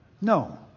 No